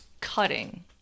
cutting